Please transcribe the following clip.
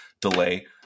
delay